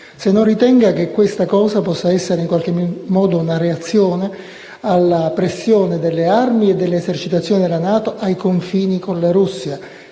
se non ritenga che questo possa essere in qualche modo una reazione alla pressione delle armi e delle esercitazioni della NATO ai confini con la Russia;